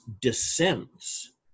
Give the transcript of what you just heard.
descends